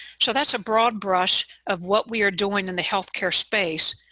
so that's a broad brush of what we are doing in the health care space,